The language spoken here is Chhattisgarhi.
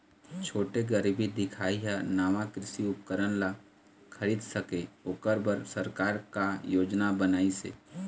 छोटे गरीब दिखाही हा नावा कृषि उपकरण ला खरीद सके ओकर बर सरकार का योजना बनाइसे?